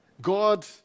God